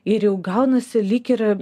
ir jau gaunasi lyg ir